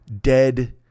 dead